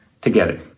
together